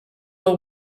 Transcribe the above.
are